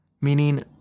meaning